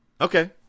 Okay